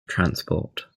transport